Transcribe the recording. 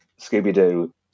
Scooby-Doo